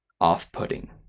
off-putting